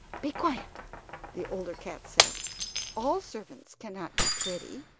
be quiet the older cats said all servants cannot be pretty